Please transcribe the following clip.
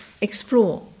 explore